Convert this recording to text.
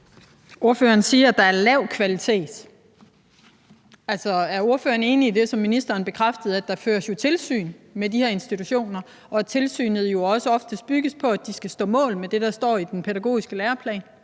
Ordføreren siger, at der er lav kvalitet. Altså, er ordføreren enig i det, som ministeren bekræftede, nemlig at der jo føres tilsyn med de her institutioner, og at tilsynet jo oftest også bygges på, at de skal stå mål med det, der står i den pædagogiske læreplan?